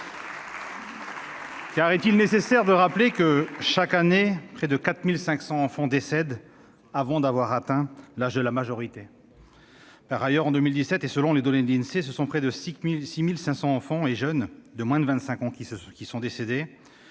Est-il nécessaire de rappeler que chaque année, en France, près de 4 500 enfants décèdent avant d'avoir atteint l'âge de la majorité ? Par ailleurs, en 2017, selon les données de l'Insee, ce sont près de 6 500 enfants et jeunes de moins de 25 ans qui sont décédés,